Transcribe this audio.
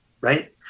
right